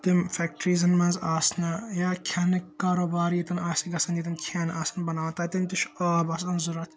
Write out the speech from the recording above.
تم فیٚکٹریزَن منٛز آسنا یا کھیٚنُک کاروبار ییٚتٮ۪ن آسہِ گَژھان ییٚتٮ۪ن کھٮ۪ن آسَن بَناوان تَتِٮ۪ن تہِ چھُ آب آسان ضروٗرت